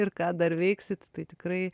ir ką dar veiksit tai tikrai